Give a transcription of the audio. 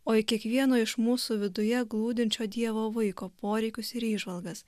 o į kiekvieno iš mūsų viduje glūdinčio dievo vaiko poreikius ir įžvalgas